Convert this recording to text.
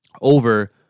over